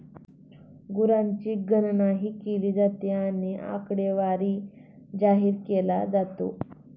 गुरांची गणनाही केली जाते आणि आकडेवारी जाहीर केला जातो